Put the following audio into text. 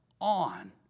on